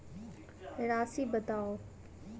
राशि बताउ